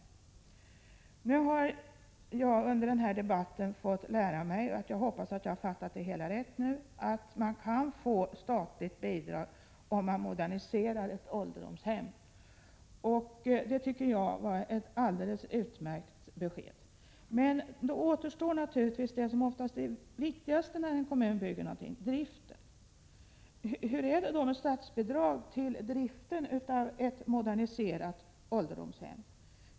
ola rem oa er Jag har under den här debatten fått lära mig — jag hoppas att jag har fattat det hela rätt — att man kan få statligt bidrag om man moderniserar ett ålderdomshem. Det tycker jag var ett alldeles utmärkt besked. Men då återstår oftast det som är det viktigaste när en kommun bygger någonting, nämligen driften. Vad gäller i fråga om statsbidrag till driften av ett moderniserat ålderdomshem?